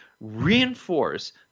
reinforce